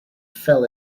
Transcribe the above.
fell